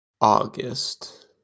August